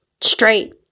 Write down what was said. Straight